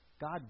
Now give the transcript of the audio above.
God